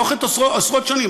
לאורך עשרות שנים,